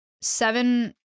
seven